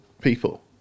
people